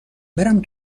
برم